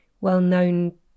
well-known